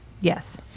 Yes